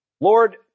Lord